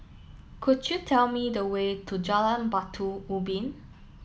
could you tell me the way to Jalan Batu Ubin